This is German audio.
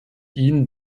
ihnen